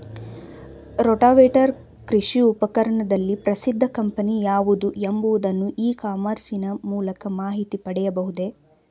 Rotavator ಕೃಷಿ ಉಪಕರಣದಲ್ಲಿ ಪ್ರಸಿದ್ದ ಕಂಪನಿ ಯಾವುದು ಎಂಬುದನ್ನು ಇ ಕಾಮರ್ಸ್ ನ ಮೂಲಕ ಮಾಹಿತಿ ತಿಳಿಯಬಹುದೇ?